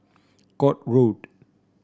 Court Road